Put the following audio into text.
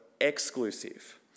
exclusive